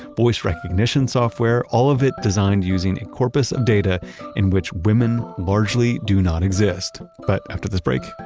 voice recognition software, all of it designed using a corpus of data in which women largely do not exist. but after this break,